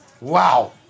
Wow